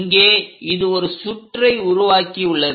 இங்கே இது ஒரு சுற்றை உருவாக்கியுள்ளது